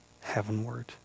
heavenward